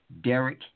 Derek